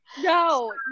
No